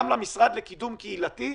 גם למשרד לקידום קהילתי,